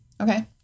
Okay